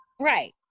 right